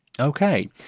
Okay